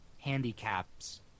handicaps